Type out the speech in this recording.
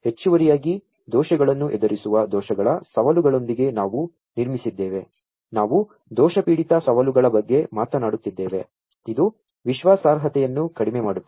ಹೆಚ್ಚುವರಿಯಾಗಿ ದೋಷಗಳನ್ನು ಎದುರಿಸುವ ದೋಷಗಳ ಸವಾಲುಗಳೊಂದಿಗೆ ನಾವು ನಿರ್ಮಿಸಿದ್ದೇವೆ ನಾವು ದೋಷ ಪೀಡಿತ ಸವಾಲುಗಳ ಬಗ್ಗೆ ಮಾತನಾಡುತ್ತಿದ್ದೇವೆ ಇದು ವಿಶ್ವಾಸಾರ್ಹತೆಯನ್ನು ಕಡಿಮೆ ಮಾಡುತ್ತದೆ